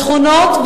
בשכונות,